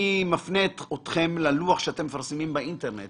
אני מפנה אתכם ללוח שאתם מפרסמים באינטרנט